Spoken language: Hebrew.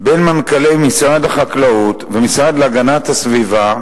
מנכ"לי משרד החקלאות והמשרד להגנת הסביבה